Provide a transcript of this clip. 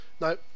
No